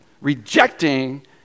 rejecting